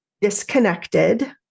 disconnected